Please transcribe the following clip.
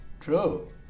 True